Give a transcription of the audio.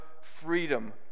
freedom